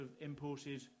imported